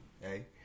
hey